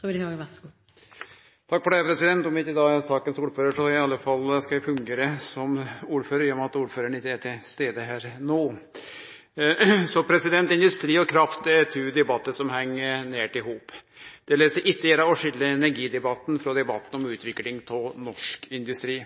for saka, men eg skal fungere som ordførar i og med at ordføraren ikkje er til stades her no. Industri og kraft er to debattar som heng nært i hop. Det lèt seg ikkje gjere å skilje energidebatten frå debatten om utvikling av norsk industri.